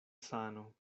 sano